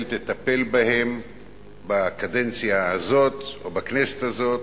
תטפל בהם בקדנציה הזאת או בכנסת הזאת,